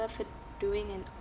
for doing an